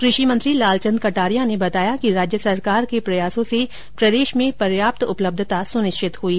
कृषि मंत्री लालचंद कटारिया ने बताया कि राज्य सरकार के प्रयासों से प्रदेश में पर्याप्त उपलब्धता सुनिश्चत हुई है